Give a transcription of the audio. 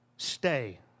stay